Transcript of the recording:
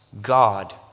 God